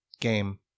game